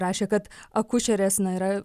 rašė kad akušerės na yra